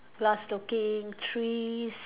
glass looking trees